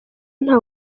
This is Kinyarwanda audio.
nta